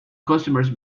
customers